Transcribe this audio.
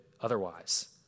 otherwise